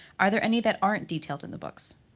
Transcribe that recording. are there any that aren't detailed in the books?